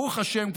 ברוך השם,